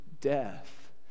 death